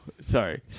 sorry